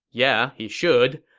yeah, he should.